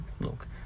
look